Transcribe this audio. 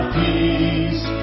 peace